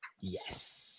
Yes